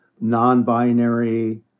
non-binary